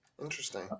Interesting